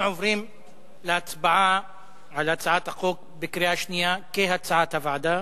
אנחנו עוברים להצבעה בקריאה שנייה על הצעת החוק כהצעת הוועדה.